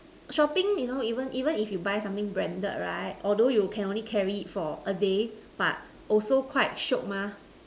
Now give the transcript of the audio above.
shopping you know even even if you buy something branded right although you can only carry for a day but also quite shiok mah